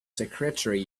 secretary